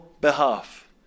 behalf